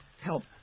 help